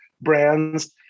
brands